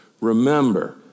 Remember